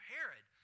Herod